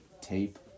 tape